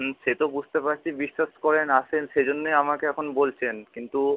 হুম সে তো বুঝতে পারছি বিশ্বাস করেন আসেন সে জন্যই আমাকে এখন বলছেন কিন্তু